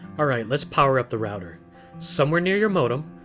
alright, let's power up the router somewhere near your modem,